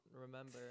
remember